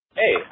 hey